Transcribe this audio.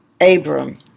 Abram